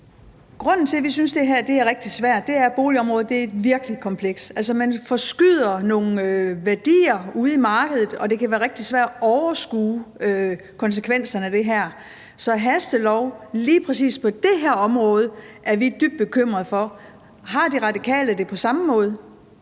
Grunden til, at det her er rigtig svært, er, at boligområdet er virkelig komplekst. Altså, man forskyder nogle værdier ude i markedet, og det kan være rigtig svært at overskue konsekvenserne af det. Så en hastelov på lige præcis det her område er vi dybt bekymrede over. Har De Radikale det på samme måde?